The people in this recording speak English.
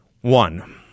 One